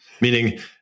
Meaning